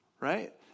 right